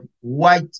white